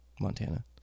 Montana